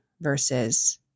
versus